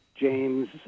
James